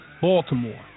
Baltimore